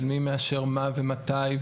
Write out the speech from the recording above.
מי מאשר מה ומתי,